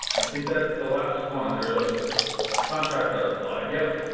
and think that's the last one. there's a contact us slide. yes.